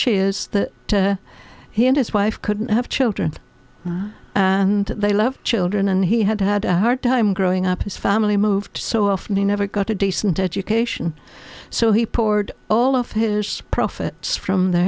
is he and his wife couldn't have children and they love children and he had had a hard time growing up his family moved so often he never got a decent education so he poured all of his profits from the